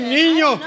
niño